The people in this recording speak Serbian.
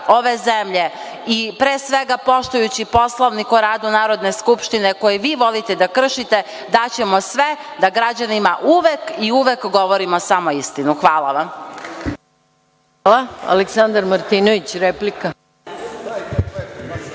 ove zemlje i pre svega poštujući Poslovnik o radu Narodne skupštine, koji vi volite da kršite, daćemo sve da građanima uvek i uvek govorimo samo istinu. Hvala vam. **Maja Gojković** Hvala. Reč ima